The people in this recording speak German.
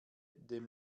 dem